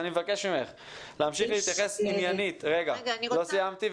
אני מבקש ממך להמשיך להתייחס עניינית לדברים